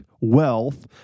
wealth